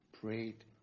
prayed